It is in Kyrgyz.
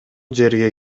жерге